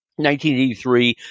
1983